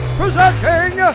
presenting